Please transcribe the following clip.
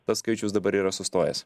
tas skaičius dabar yra sustojęs